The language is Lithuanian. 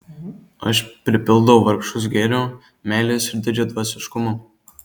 aš pripildau vargšus gėrio meilės ir didžiadvasiškumo